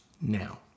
Now